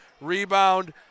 rebound